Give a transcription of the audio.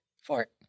Fort